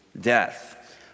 death